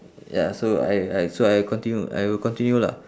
ya so I I so I continue I will continue lah